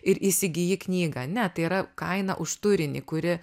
ir įsigiji knygą ne tai yra kaina už turinį kurį